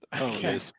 okay